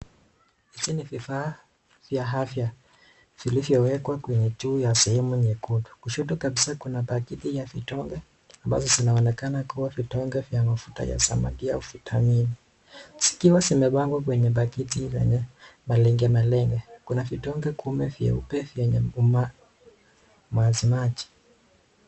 Hizi ni vifaa vya afya vilivyowekwa kwenye juu ya sehemu nyekundu. Kushoto kabisa kuna pakiti ya vidonge ambazo zinaonekana kuwa vidonge vya mafuta ya samaki au vitamini zikiwa zimepangwa kwenye pakiti yenye malenge malenge. Kuna vidonge kumi vyeupe vyenye umajimaji.